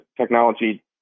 technology